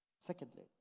Secondly